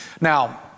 Now